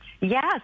Yes